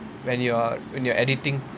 when you are when you're editing